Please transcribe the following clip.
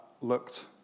looked